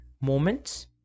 moments